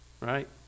Right